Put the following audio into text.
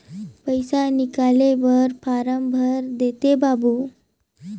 पइसा निकाले बर फारम भर देते बाबु?